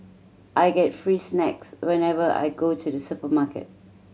I get free snacks whenever I go to the supermarket